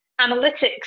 analytics